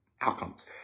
outcomes